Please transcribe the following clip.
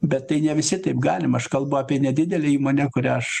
bet tai ne visi taip galim aš kalbu apie nedidelę įmonę kurią aš